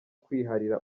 kwiharira